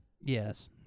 Yes